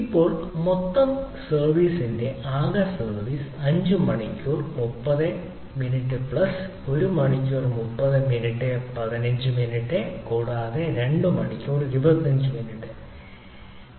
ഇപ്പോൾ മൊത്തം സർവീസിന്റെ ആകെ സർവീസ് 5 മണിക്കൂർ പ്ലസ് 30 മിനിറ്റ് പ്ലസ് 1 മണിക്കൂർ 30 മിനിറ്റ് പ്ലസ് 15 മിനിറ്റ് കൂടാതെ 2 മണിക്കൂർ 25 മിനിറ്റ് ശരിയാണ്